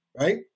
right